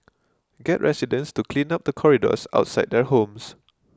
get residents to clean up the corridors outside their homes